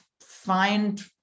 find